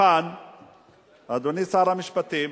אדוני שר המשפטים,